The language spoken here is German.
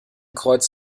kreuz